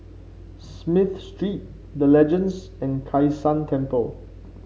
Smith Street The Legends and Kai San Temple